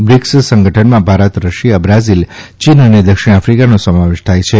BRICS સંગઠનમાં Bharat Russia Brazil ચીન અને દક્ષિણ આફ઼િકાનો સમાવેશ થાય છે